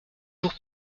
jours